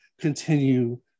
continue